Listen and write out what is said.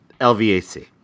LVAC